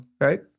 right